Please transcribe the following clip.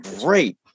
great